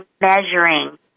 measuring